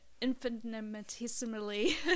infinitesimally